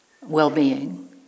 well-being